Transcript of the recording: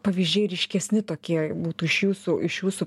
pavyzdžiai ryškesni tokie būtų iš jūsų iš jūsų